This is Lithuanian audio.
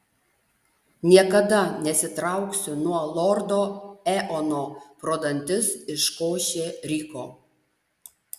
niekada nesitrauksiu nuo lordo eono pro dantis iškošė ryko